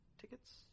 tickets